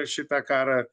šitą karą